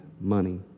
money